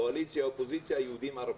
קואליציה, אופוזיציה, יהודים, ערבים.